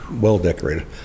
well-decorated